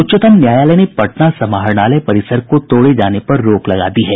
उच्चतम न्यायालय ने पटना समाहरणालय परिसर को तोड़े जाने पर रोक लगा दी है